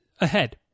ahead